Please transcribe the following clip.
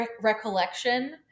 recollection